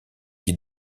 qui